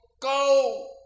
go